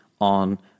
on